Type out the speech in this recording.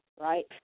right